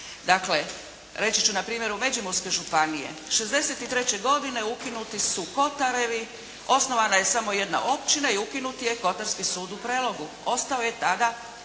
Dakle, reći ću na primjeru Međimurske županije. '63. godine ukinuti su kotarevi. Osnovana je samo jedna općina i ukinut je Kotarski sud u Prelogu. Ostao je tada